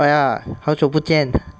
oh ya 好久不见